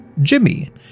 Jimmy